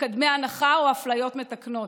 מקדמי הנחה או אפליות מתקנות,